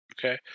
okay